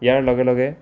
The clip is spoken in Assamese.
ইয়াৰ লগে লগে